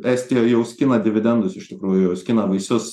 estija jau skina dividendus iš tikrųjų jau skina vaisius